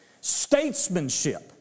statesmanship